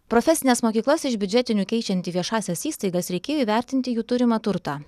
profesines mokyklas iš biudžetinių keičiant į viešąsias įstaigas reikėjo įvertinti jų turimą turtą